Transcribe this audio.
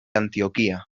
antioquía